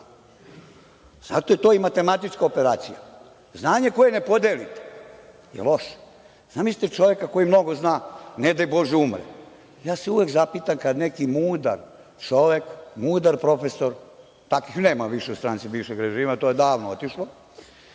Zato je to matematička operacija. Znanje koje ne podelite je loše. Zamislite čoveka koji mnogo zna, ne daj Bože umre. Ja se uvek zapitam kad neki mudar čovek, mudar profesor, takvih nema više u stranci bivšeg režima, to je davno otišlo,